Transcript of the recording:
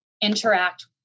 interact